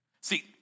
See